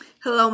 Hello